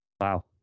wow